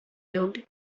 looked